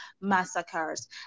Massacres